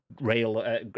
rail